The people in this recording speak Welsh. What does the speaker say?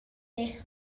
eich